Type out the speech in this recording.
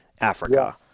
africa